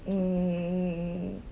mm